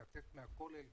לצאת מהכולל,